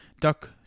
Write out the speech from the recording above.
Duck